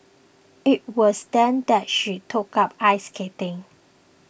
it was then that she took up ice skating